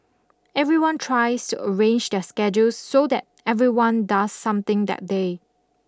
everyone tries to arrange their schedules so that everyone does something that day